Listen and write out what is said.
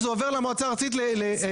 כי עבירת הבנייה הזו, בעצם,